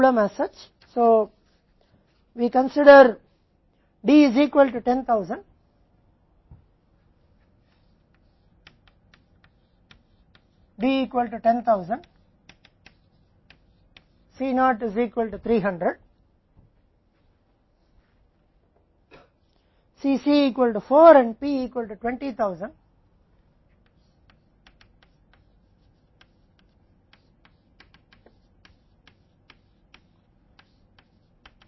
इसलिए हम वापस जाते हैं और उसी समस्या को हल करते हैं जैसे कि हम मानते हैं कि D 10000 D के बराबर है C naught 300 के बराबर है C c 4 के बराबर और P 20000 के बराबर है